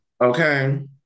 Okay